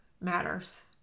matters